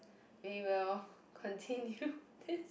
we will continue this